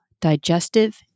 digestive